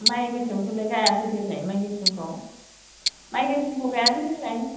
माइ गोसोमखौलाय गायाखै देग्लाय माइ गोसोमखौ माइ गोसोमखौ गायाखै देग्लाय